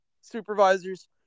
Supervisors